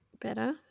better